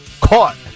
caught